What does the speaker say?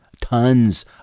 tons